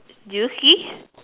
do you see